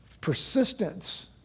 persistence